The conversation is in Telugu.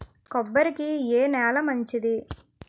కొబ్బరి కి ఏ నేల మంచిది?